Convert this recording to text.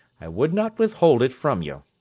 i would not withhold it from you.